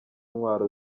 ntwaro